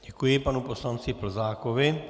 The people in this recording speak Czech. Děkuji panu poslanci Plzákovi.